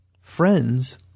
Friends